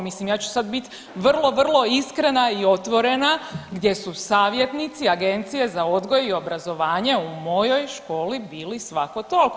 Mislim ja ću sa bit vrlo, vrlo iskrena i otvorena gdje su savjetnici Agenciji za odgoj i obrazovanje u mojoj školi bili svako toliko.